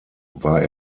war